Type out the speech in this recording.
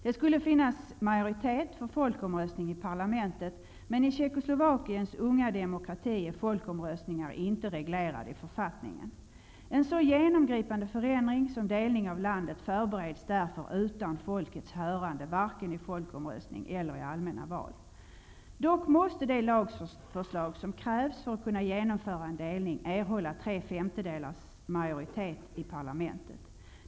Det skulle finnas majoritet för folkomröstning i parlamentet, men i Tjeckoslovakiens unga demokrati är folkomröstningar inte reglerade i författningen. En så genomgripande förändring som delning av landet förbereds därför utan folkets hörande, vare sig i folkomröstning eller i allmänna val. Dock måste det lagförslag som krävs för att kunna genomföra en delning erhålla tre femtedelars majoritiet i parlamentet.